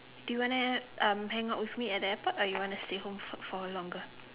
do you want to um hang out with me at the airport or you want to stay home for for longer